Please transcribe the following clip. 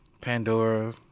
Pandora